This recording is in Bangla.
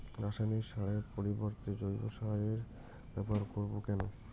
রাসায়নিক সারের পরিবর্তে জৈব সারের ব্যবহার করব কেন?